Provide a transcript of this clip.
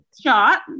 shot